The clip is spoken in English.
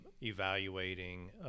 evaluating